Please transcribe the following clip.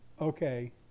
okay